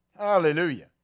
Hallelujah